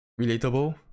relatable